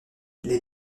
les